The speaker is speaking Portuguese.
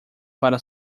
para